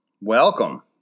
Welcome